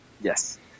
Yes